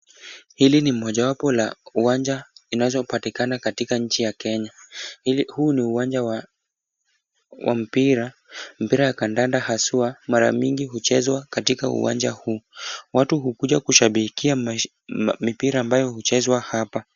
Hili ni mojawapo la uwanja inachopatikana nchi ya kenya. Huu ni uwanja wa mpira mpira wa kandanda haswa mara mingi huchezwa katika uwanja huu. Watu hukuja kushabikia mipira ambayo huchezwa hapa.